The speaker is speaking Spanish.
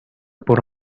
por